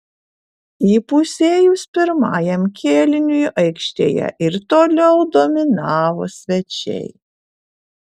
įpusėjus pirmajam kėliniui aikštėje ir toliau dominavo svečiai